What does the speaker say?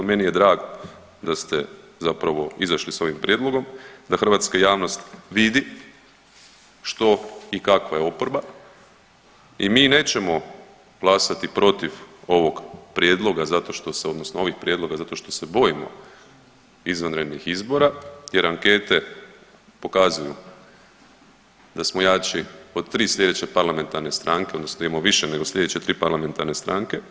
Meni je drago da ste zapravo izašli sa ovim prijedlogom da hrvatska javnost vidi što i kakva je oporbe i mi nećemo glasati protiv ovog prijedloga zato što se odnosno ovih prijedloga zato što se bojimo izvanrednih izbora jer ankete pokazuju da smo jači od 3 slijedeće parlamentarne stranke odnosno da imamo više nego slijedeće 3 parlamentarne stranke.